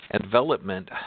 Development